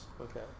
Okay